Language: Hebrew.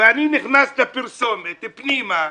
ואני נכנס לפרסומת פנימה,